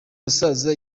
musaza